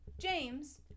James